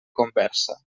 conversa